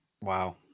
Wow